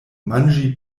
manĝi